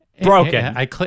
broken